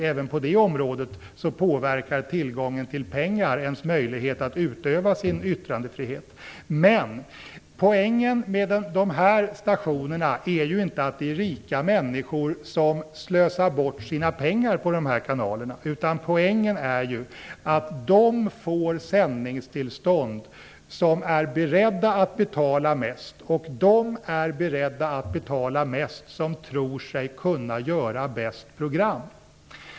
Även på detta område påverkar tillgången till pengar ens möjlighet att utöva sin yttrandefrihet. Poängen med dessa stationer är ju inte att det är rika människor som slösar bort sina pengar på radiokanaler. Poängen är att de får sändningstillstånd som är beredda att betala mest. De är beredda att betala mest som tror sig kunna göra bäst program.